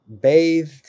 bathed